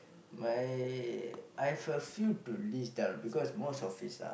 my I've a few to list down because most of it's are